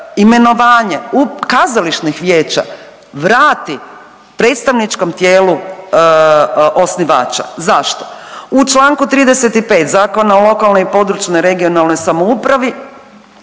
imenovanje u kazališnih vijeća vrati predstavničkom tijelu osnivača. Zašto? U čl. 35. Zakona o lokalnoj i područnoj (regionalnoj) samoupravi